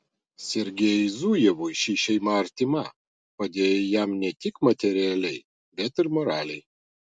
sergiejui zujevui ši šeima artima padėjo jam ne tik materialiai bet ir moraliai